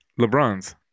LeBron's